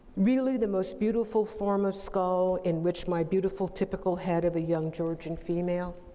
really, the most beautiful form of skull in which my beautiful typical head of a young georgian female.